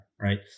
right